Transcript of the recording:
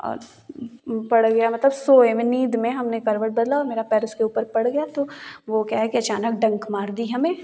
और पड़ गया मतलब सोए में नींद में हम ने करवट बदला और मेरा पैर उसके ऊपर पड़ गया तो वो क्या है कि अचानक डंक मार दी हमें